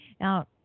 Now